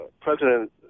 President